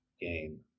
game